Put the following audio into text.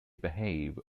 behave